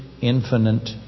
infinite